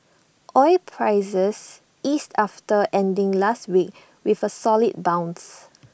oil prices eased after ending last week with A solid bounce